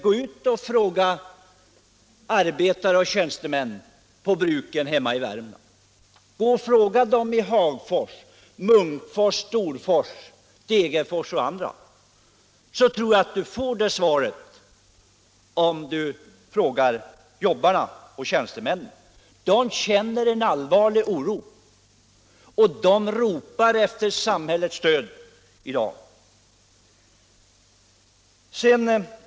Gå ut och fråga arbetare och tjänstemän på bruken hemma i Värmland — Hagfors, Munkfors, Storfors, Degerfors och andra platser —- hur de känner det! De känner en allvarlig oro i dag, och de ropar efter samhällets stöd.